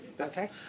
Okay